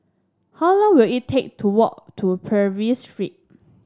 how long will it take to walk to Purvis Street